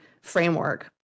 framework